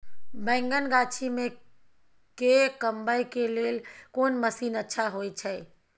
बैंगन गाछी में के कमबै के लेल कोन मसीन अच्छा होय छै?